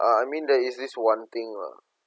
um I mean there is this one thing lah